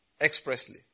expressly